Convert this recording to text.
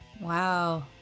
Wow